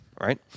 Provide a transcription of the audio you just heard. right